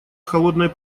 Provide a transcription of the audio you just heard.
холодной